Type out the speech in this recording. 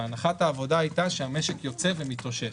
הנחת העבודה הייתה שהמשק יוצא ומתאושש.